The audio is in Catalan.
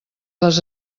les